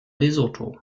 lesotho